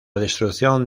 destrucción